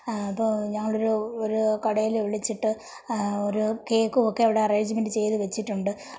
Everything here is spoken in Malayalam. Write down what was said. അപ്പോൾ ഞങ്ങളൊരു ഒരു കടയിൽ വിളിച്ചിട്ട് ഒരു കേക്കുവൊക്കെ അവിടെ അറേയ്ഞ്ച്മെന്റ് ചെയ്ത് വെച്ചിട്ടുണ്ട്